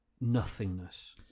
nothingness